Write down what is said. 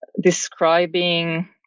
describing